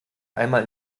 einmal